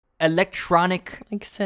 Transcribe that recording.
electronic